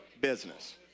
business